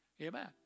Amen